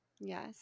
yes